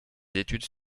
études